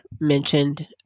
mentioned